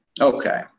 okay